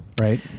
right